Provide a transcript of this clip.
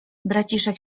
braciszek